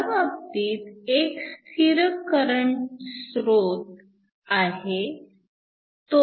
ह्या बाबतीत एक स्थिर करंट स्रोत आहे